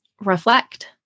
reflect